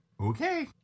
Okay